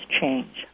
change